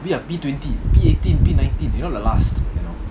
we are P twenty P eighteen P nineteen you know the last